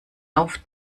auf